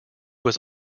was